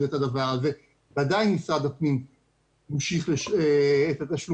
את הדבר הזה ועדיין משרד הפנים המשיך את התשלומים.